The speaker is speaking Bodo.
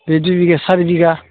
बे दुइ बिगा सारि बिगा